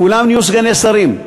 כולם נהיו סגני שרים,